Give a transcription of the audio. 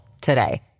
today